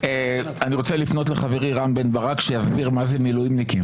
אני רוצה לפנות לחברי רם בן ברק שיסביר מה זה מילואימניקים,